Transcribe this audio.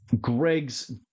Greg's